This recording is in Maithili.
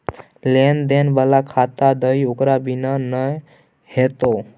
लेन देन बला खाता दही ओकर बिना नै हेतौ